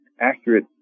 accurate